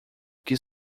que